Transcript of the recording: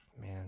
Man